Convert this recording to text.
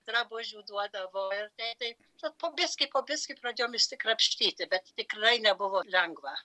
drabužių duodavo ir taip tad po biškį po biškį pradėjom išsikrapštyti bet tikrai nebuvo lengva